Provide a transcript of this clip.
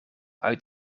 uit